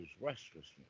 restlessness